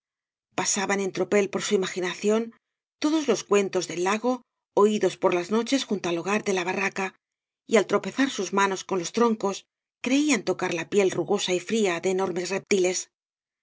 pasaban en tropel por su imaginación todos los cuentos del lago oídos por las noches junto al hogar de la barraca y al tropezar bus manos con los troncos creían tocar la piel rugosa y fría de enormes reptiles